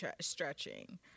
stretching